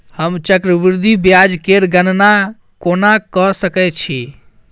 हम चक्रबृद्धि ब्याज केर गणना कोना क सकै छी